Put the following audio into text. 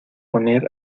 poner